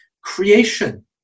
creation